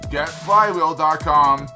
GetFlyWheel.com